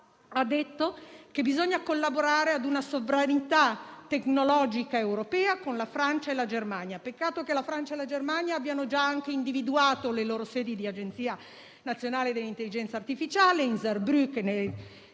ha detto che bisogna collaborare ad una sovranità tecnologica europea con la Francia e la Germania. Peccato che la Francia e la Germania abbiano già individuato le loro sedi per le agenzie nazionali dell'intelligenza artificiale in